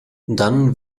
dann